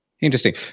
Interesting